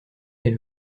est